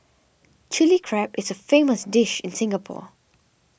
Chilli Crab is a famous dish in Singapore